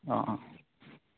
অঁ অঁ